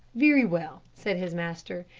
very well, said his master,